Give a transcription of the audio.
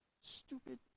Stupid